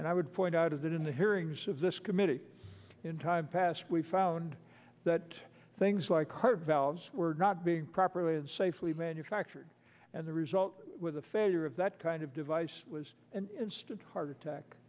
and i would point out is that in the hearings of this committee in times past we found that things like her valves were not being properly and safely manufactured and the result with the failure of that kind of device was an instant heart attack